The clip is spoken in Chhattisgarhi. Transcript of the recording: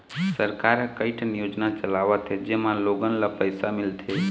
सरकार ह कइठन योजना चलावत हे जेमा लोगन ल पइसा मिलथे